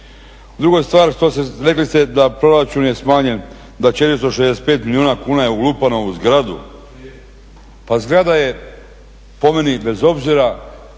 Druga stvar, rekli sta da proračun je smanjen, da 465 milijuna kuna je ulupano u zgradu. Pa zgrada je po meni bez obzira